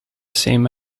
same